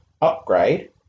upgrade